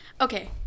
okay